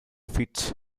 fits